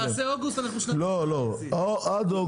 עד אוגוסט.